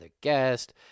guest